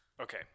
Okay